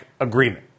agreement